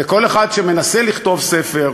וכל אחד שמנסה לכתוב ספר,